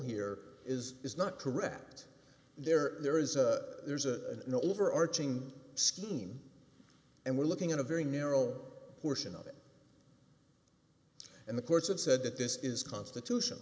here is is not correct there there is a there's a no overarching scheme and we're looking at a very narrow horse in of it and the courts have said that this is constitution